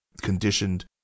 conditioned